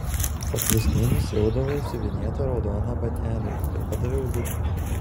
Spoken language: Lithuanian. paklusniai nusiaviau siuvinėtą raudoną batelį ir padaviau lukui